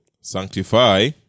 Sanctify